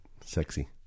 sexy